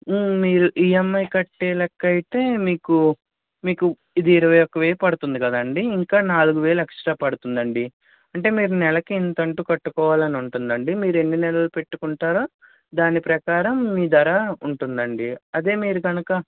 మీరు ఈఎమ్ఐ కట్టే లాగా అయితే మీకు మీకు ఇది ఇరవై ఒక్క వెయ్యి పడుతుంది కదండి ఇంకా నాలుగు వేలు ఎక్స్ట్రా పడుతుందండి అంటే మీరు నెలకు ఇంత అంటూ కట్టుకోవాలని ఉంటుందండి మీరు ఎన్ని నెలలు పెట్టుకుంటారో దాని ప్రకారం మీ ధర ఉంటుందండి అదే మీరు కనుక